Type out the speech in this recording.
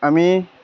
আমি